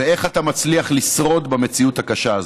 ואיך אתה מצליח לשרוד במציאות הקשה הזו.